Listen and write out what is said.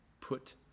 Put